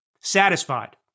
satisfied